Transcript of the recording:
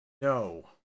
no